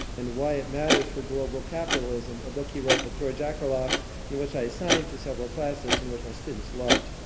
and why it matters for global capitalism, a book he wrote with george akerlof and which i assigned to several classes and which my students loved.